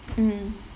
mm